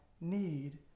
need